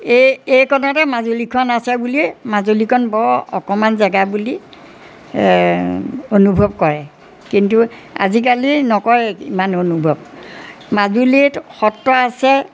এই এইকণতে মাজুলীখন আছে বুলিয়ে মাজুলীখন বৰ অকণমান জেগা বুলি অনুভৱ কৰে কিন্তু আজিকালি নকৰে ইমান অনুভৱ মাজুলীত সত্ৰ আছে